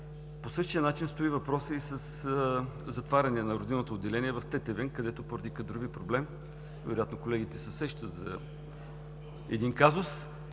По същия начин стои въпросът и със затваряне на родилното отделение в Тетевен, където поради кадрови проблем – вероятно колегите се сещат за един казус